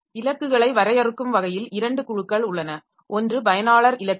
இலக்குகளை வரையறுக்கும் வகையில் இரண்டு குழுக்கள் உள்ளன ஒன்று பயனாளர் இலக்குகள்